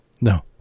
No